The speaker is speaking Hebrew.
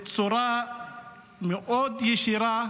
בצורה מאוד ישירה